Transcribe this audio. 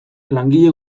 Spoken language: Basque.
langile